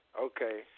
Okay